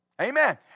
Amen